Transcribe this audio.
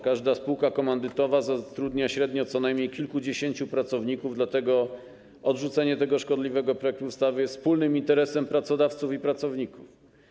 Każda spółka komandytowa zatrudnia średnio co najmniej kilkudziesięciu pracowników, dlatego odrzucenie tego szkodliwego projektu ustawy jest wspólnym interesem pracodawców i pracowników.